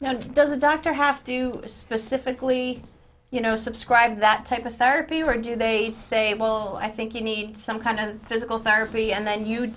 now does a doctor have to specifically you know subscribe to that type of therapy or do they say well i think you need some kind of physical therapy and then you